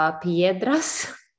piedras